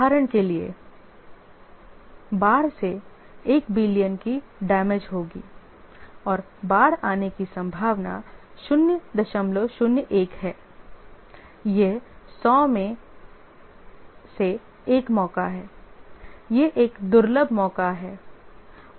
उदाहरण के लिए बाढ़ से 1 बिलियन की डैमेज होगी और बाढ़ आने की संभावना 001 है यह 100 में से 1 मौका है एक दुर्लभ मौका है